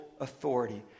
authority